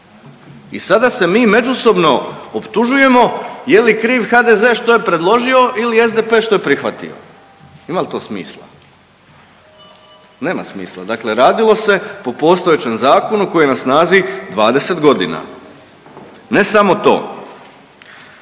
i sada se mi međusobno optužujemo je li kriv HDZ što je predložio ili SDP što je prihvatio, ima li to smisla? Nema smisla, dakle radilo se po postojećem zakonu koji je na snazi 20.g.. Ne samo to,